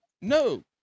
No